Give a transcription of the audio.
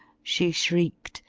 she shrieked,